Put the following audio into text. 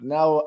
Now